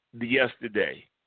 yesterday